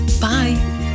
Bye